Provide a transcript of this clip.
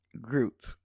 Groot